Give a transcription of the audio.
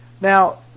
Now